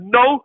no